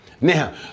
Now